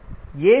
ஆனால் ஏ